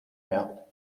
mehr